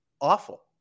awful